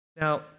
Now